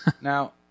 Now